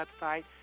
website